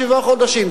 שבעה חודשים,